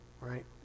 right